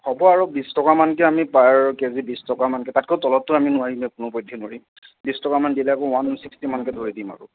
হ'ব আৰু বিছ টকা মানকৈ আমি পাৰ কেজিত বিছ টকা মানকৈ তাতকৈ তলতটো আমি নোৱাৰিম কোনোপধ্যেই নোৱাৰিম বিছ টকামান দিলে ওৱান ছিক্সটি মানকৈ ধৰি দিম আৰু